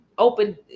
open